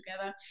together